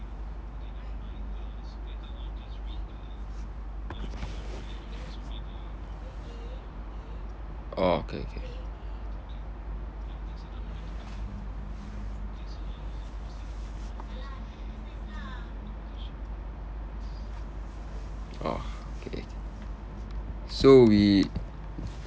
orh okay okay orh okay so we